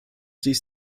dies